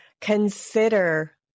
consider